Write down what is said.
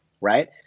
right